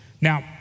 Now